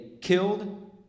killed